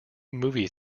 movie